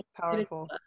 powerful